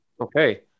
okay